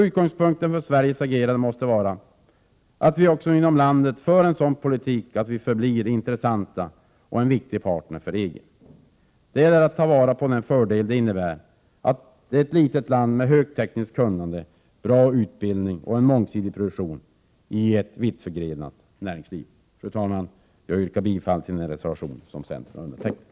Utgångspunkten för Sveriges agerande måste vara att vi, också inom landet, för en sådan politik att vi förblir intressanta och en viktig partner för EG. Det gäller att ta vara på fördelen med att vara ett litet land med högt tekniskt kunnande, bra utbildning och en mångsidig produktion i ett vitt förgrenat näringsliv. Fru talman! Jag yrkar bifall till den reservation som centern har undertecknat.